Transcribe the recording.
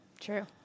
True